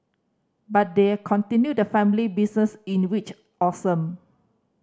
but they're continued the family business in which awesome